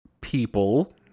people